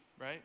right